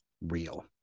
real